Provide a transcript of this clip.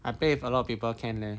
I play with a lot of people can leh